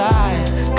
life